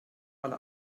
alle